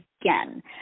again